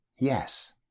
yes